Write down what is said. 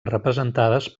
representades